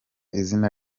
izina